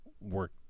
work